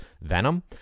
Venom